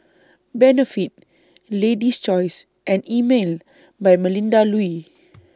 Benefit Lady's Choice and Emel By Melinda Looi